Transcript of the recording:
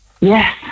Yes